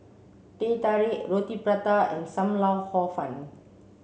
Teh Tarik Roti Prata and Sam Lau Hor Fun